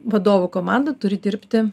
vadovų komanda turi dirbti